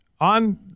on